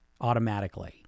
automatically